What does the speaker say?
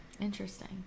Interesting